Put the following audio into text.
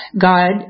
God